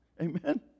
Amen